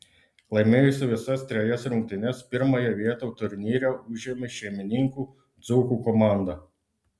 laimėjusi visas trejas rungtynes pirmąją vietą turnyre užėmė šeimininkų dzūkų komanda